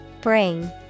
Bring